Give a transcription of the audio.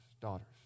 daughters